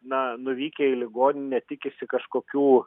na nuvykę į ligoninę tikisi kažkokių